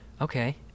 okay